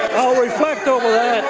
i'll reflect over